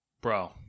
Bro